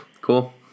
cool